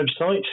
website